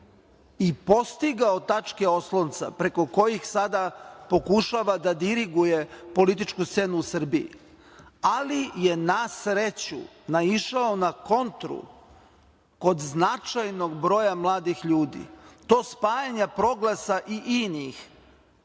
i postigao tačke oslonca preko kojih sada pokušava da diriguje političku scenu u Srbiji, ali je na sreću naišao na kontru kod značajnog broja mladih ljudi. To spajanje Proglasa i njih